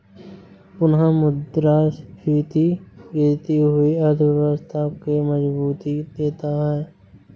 पुनःमुद्रस्फीति गिरती हुई अर्थव्यवस्था के मजबूती देता है